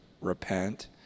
repent